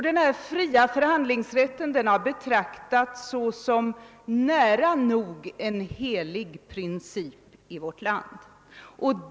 Den fria förhandlingsrätten har betraktats som en nära nog helig princip i vårt land.